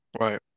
right